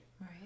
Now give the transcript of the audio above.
Right